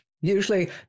Usually